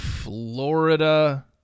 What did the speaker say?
florida